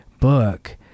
book